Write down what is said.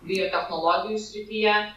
biotechnologijų srityje